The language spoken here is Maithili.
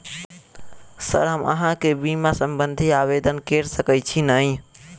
सर हम अहाँ केँ बीमा संबधी आवेदन कैर सकै छी नै?